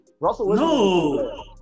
No